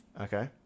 Okay